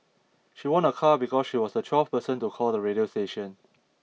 she won a car because she was the twelfth person to call the radio station